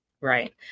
Right